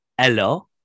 Hello